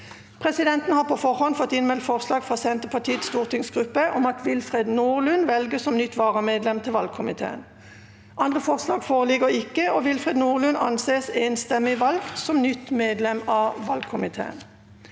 Presidenten har på forhånd fått innmeldt forslag fra Senterpartiets stortingsgruppe om at Willfred Nordlund velges som nytt varamedlem til valgkomiteen. – Andre forslag foreligger ikke, og Willfred Nordlund anses enstemmig valgt som nytt medlem av valgkomiteen.